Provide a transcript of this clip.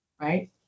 right